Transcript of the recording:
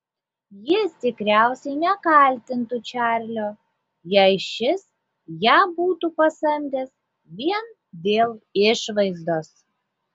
jis tikriausiai nekaltintų čarlio jei šis ją būtų pasamdęs vien dėl išvaizdos